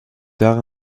tard